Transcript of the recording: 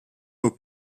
were